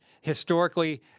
historically-